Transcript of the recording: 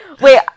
Wait